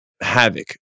havoc